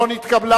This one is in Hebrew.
לא נתקבלה.